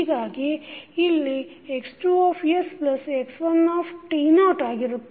ಹೀಗಾಗಿ ಇಲ್ಲಿ ಇದು X2sx1 ಆಗಿರುತ್ತದೆ